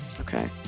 okay